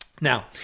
Now